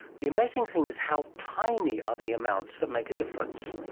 the amazing thing is how tiny are the amounts that make a difference.